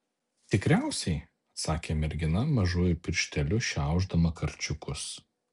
tikriausiai atsakė mergina mažuoju piršteliu šiaušdama karčiukus